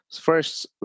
first